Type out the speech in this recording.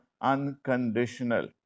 unconditional